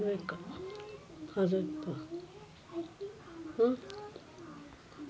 Deposit ಎಷ್ಟು ವರ್ಷ ಇರುತ್ತದೆ?